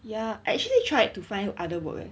ya actually tried to find other work eh